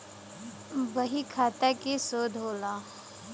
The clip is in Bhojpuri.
बहीखाता के शोध होला